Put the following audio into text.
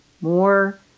more